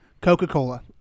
Coca-Cola